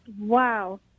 wow